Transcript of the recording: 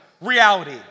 reality